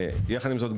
יחד עם זאת,